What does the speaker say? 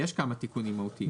לא, יש כמה תיקונים מהותיים.